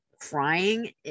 crying